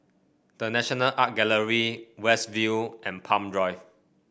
The National Art Gallery West View and Palm Drive